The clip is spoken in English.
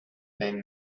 than